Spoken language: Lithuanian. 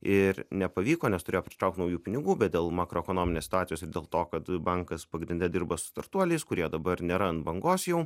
ir nepavyko nes turėjo pritraukt naujų pinigų bet dėl makroekonominės situacijos ir dėl to kad bankas pagrinde dirba su startuoliais kurie dabar nėra ant bangos jau